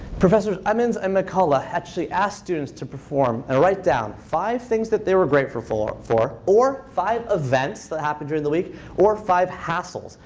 professor i mean um ah actually asked students to perform and write down five things that they were grateful for for or five events that happened during the week or five hassles.